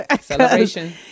Celebration